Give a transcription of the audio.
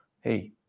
hey